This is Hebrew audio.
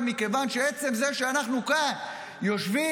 מכיוון שעצם זה שאנחנו כאן יושבים,